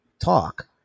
talk